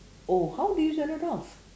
oh how did you turn it off